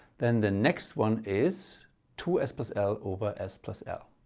then the next one is two s plus l over s plus l.